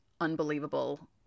unbelievable